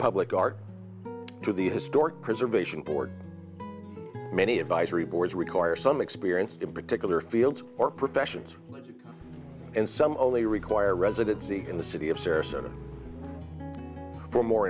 public art to the historic preservation board many advisory boards require some experience in particular fields or professions and some only require residency in the city of sarasota for more